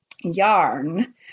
yarn